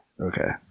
Okay